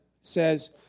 says